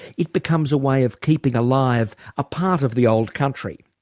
it becomes a way of keeping alive a part of the old country.